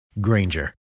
Granger